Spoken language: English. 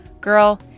Girl